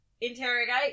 interrogate